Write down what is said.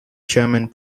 german